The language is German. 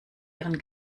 ihren